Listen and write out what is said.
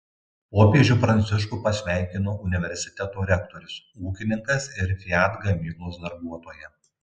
popiežių pranciškų pasveikino universiteto rektorius ūkininkas ir fiat gamyklos darbuotoja